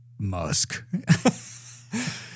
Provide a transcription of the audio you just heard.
Musk